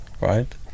right